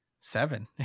Seven